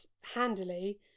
handily